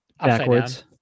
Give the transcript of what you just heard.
backwards